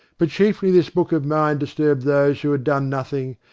but chiefly this book of mine disturbed those who had done nothing,